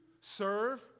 serve